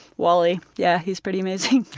wally, yeah. he's pretty amazing.